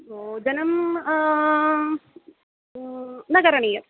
भोजनम् न करणीयम्